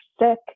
sick